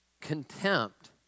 Contempt